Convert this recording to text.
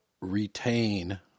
retain